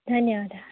धन्यवादः